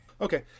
Okay